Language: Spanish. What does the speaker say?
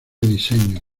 diseño